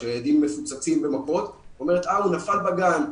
כשהם מפוצצים ממכות ואומרת שהוא נפל בגן,